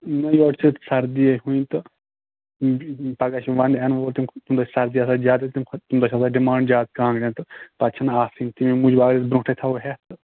موسَم چھِ سَردِیے ہُنٛد تہٕ پَگاہ چھِ وَنٛدٕ یِنہٕ وول تہٕ وۅنۍ چھِ سَردِی آسان زیادَے تَمہِ کھۄتہٕ بیٚیہِ چھِ ڈِمانٛڈ زیادٕ کانٛگریَن تہٕ پَتہٕ چھُنہٕ آسٲنی تِمے موٗجوٗب آیَس برٛوٗنٛٹھٕے تھاوُے ہیٚتھ تہٕ